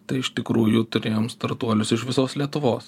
tai iš tikrųjų turėjom startuolius iš visos lietuvos